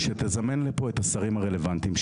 שתזמן לפה את השרים הרלוונטיים,